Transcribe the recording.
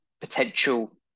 potential